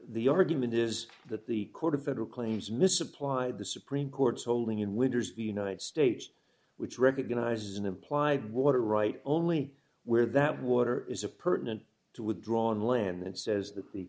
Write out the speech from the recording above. the argument is that the court of federal claims misapplied the supreme court's holding in winters the united states which recognizes an implied water right only where that water is a pertinent to with the on land it says that the